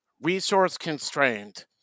resource-constrained